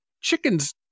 chickens